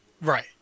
Right